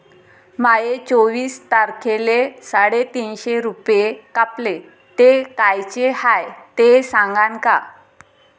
माये चोवीस तारखेले साडेतीनशे रूपे कापले, ते कायचे हाय ते सांगान का?